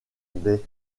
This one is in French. des